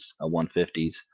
150s